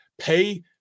pay